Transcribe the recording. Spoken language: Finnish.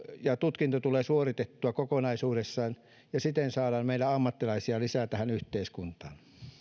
ja tutkinto tulee suoritettua kokonaisuudessaan ja siten saadaan meille ammattilaisia lisää tähän yhteiskuntaan